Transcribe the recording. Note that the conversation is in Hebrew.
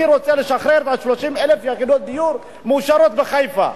אני רוצה לשחרר 30,000 יחידות דיור מאושרות בחיפה.